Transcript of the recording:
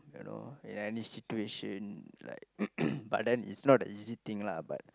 you know in any situation like but then it's not an easy thing lah but